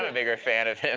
ah bigger fan of